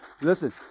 Listen